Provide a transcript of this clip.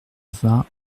vingt